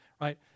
right